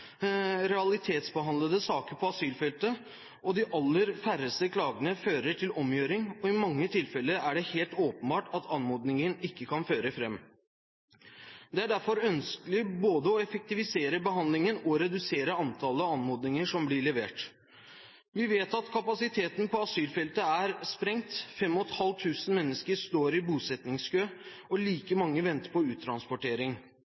realitetsbehandlede saker på asylfeltet. De aller færreste klagene fører til omgjøring, og i mange tilfeller er det helt åpenbart at anmodningen ikke kan føre fram. Det er derfor ønskelig både å effektivisere behandlingen og å redusere antallet anmodninger som blir levert. Vi vet at kapasiteten på asylfeltet er sprengt, 5 500 mennesker står i bosettingskø og like